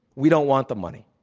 we don't want the money.